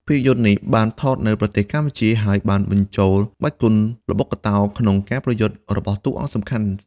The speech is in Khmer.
ភាពយន្តនេះបានថតនៅប្រទេសកម្ពុជា ហើយបានបញ្ចូលក្បាច់គុនល្បុក្កតោក្នុងការប្រយុទ្ធរបស់តួអង្គសំខាន់។